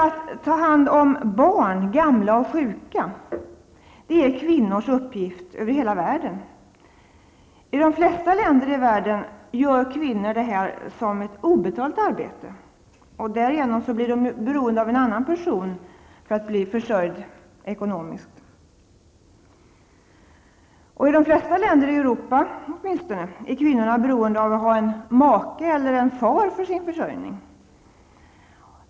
Att ta hand om barn, gamla och sjuka är kvinnors uppgift över hela världen. I de flesta länder i världen gör kvinnor detta som obetalt arbete. Därigenom blir de ju beroende av en annan person för att bli försörjda. I de flesta länder, i Europa åtminstone, är kvinnorna för sin försörjning beroende av att ha en make eller en far.